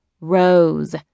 Rose